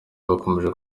bakomeje